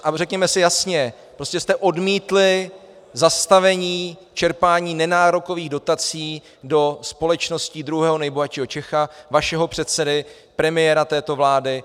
A řekněme si jasně, prostě jste odmítli zastavení čerpání nenárokových dotací do společností druhého nejbohatšího Čecha, vašeho předsedy, premiéra této vlády.